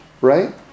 right